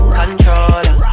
controller